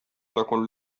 تكن